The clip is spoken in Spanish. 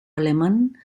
alemán